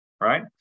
right